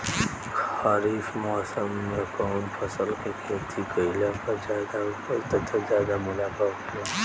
खरीफ़ मौसम में कउन फसल के खेती कइला पर ज्यादा उपज तथा ज्यादा मुनाफा होखेला?